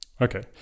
Okay